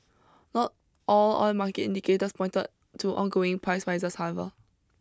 not all oil market indicators pointed to ongoing price rises however